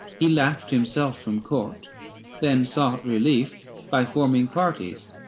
he laughed himself from court then sought relief by forming parties,